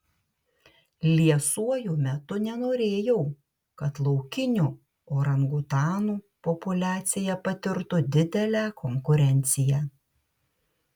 liesuoju metu nenorėjau kad laukinių orangutanų populiacija patirtų didelę konkurenciją